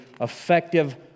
effective